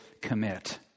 commit